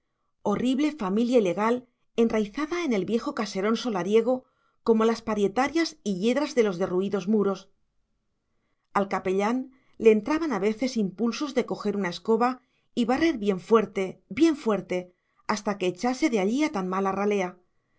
horrible familia ilegal enraizada en el viejo caserón solariego como las parietarias y yedras en los derruidos muros al capellán le entraban a veces impulsos de coger una escoba y barrer bien fuerte bien fuerte hasta que echase de allí a tan mala ralea